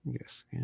Yes